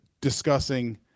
discussing